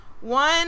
One